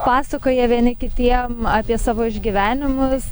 pasakoja vieni kitiem apie savo išgyvenimus